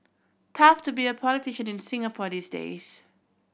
tough to be a politician in Singapore these days